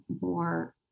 more